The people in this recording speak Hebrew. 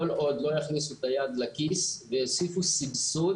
כל עוד לא יכניסו את היד לכיס ויוסיפו סבסוד,